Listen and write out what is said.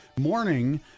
morning